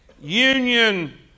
Union